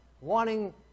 wanting